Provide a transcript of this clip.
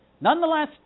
Nonetheless